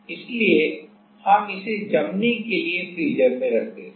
इसलिए हम इसे जमने के लिए फ्रीजर में रख देते हैं